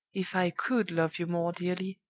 if i could love you more dearly,